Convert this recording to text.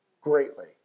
greatly